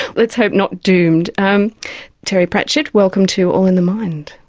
let's hope not doomed um terry pratchett welcome to all in the mind.